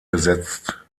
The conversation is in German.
besetzt